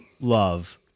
love